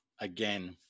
again